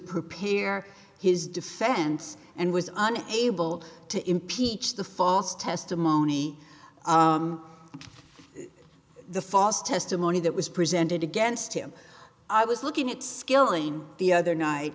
prepare his defense and was an able to impeach the false testimony the false testimony that was presented against him i was looking at skilling the other night